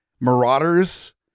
marauders